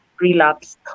relapse